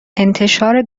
انتشار